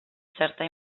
certa